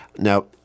Now